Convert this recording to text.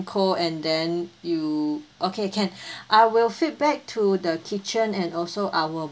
cold and then you okay can I will feedback to the kitchen and also our